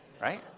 Right